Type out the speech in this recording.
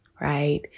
right